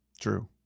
True